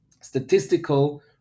statistical